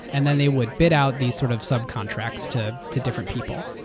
and then they would bid out these sort of subcontracts to to different people.